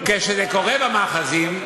כשזה קורה במאחזים,